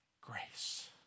grace